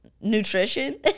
nutrition